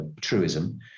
truism